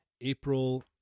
April